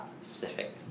specific